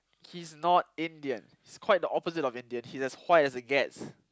he's not Indian he's quite the opposite of Indian he's as white as it gets